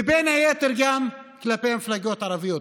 ובין היתר גם כלפי מפלגות ערביות.